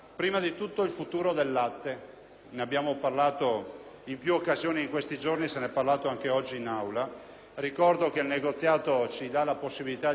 ne abbiamo parlato in più occasioni in questi giorni e se ne è parlato anche oggi in Aula. Ricordo che il negoziato ci dà la possibilità di avere una disponibilità